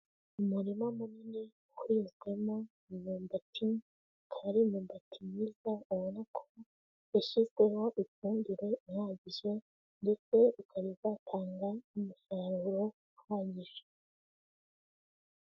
Umurima munini wahinzwemo imyumbati akaba ari imyumbati myiza ubona ko yashyizweho ifumbire ihagije ndetse ikaba izatanga umusaruro uhagije.